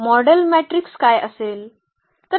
model matrix काय असेल